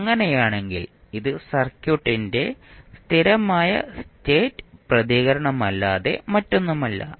അങ്ങനെയാണെങ്കിൽ ഇത് സർക്യൂട്ടിന്റെ സ്ഥിരമായ സ്റ്റേറ്റ് പ്രതികരണമല്ലാതെ മറ്റൊന്നുമല്ല